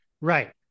Right